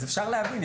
אז אפשר להבין.